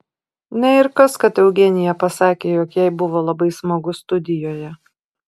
na ir kas kad eugenija pasakė jog jai buvo labai smagu studijoje